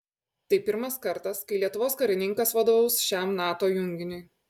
tai pirmas kartas kai lietuvos karininkas vadovaus šiam nato junginiui